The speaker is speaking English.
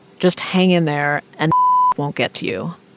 just hang in there, and won't get to you.